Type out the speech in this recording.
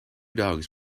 dogs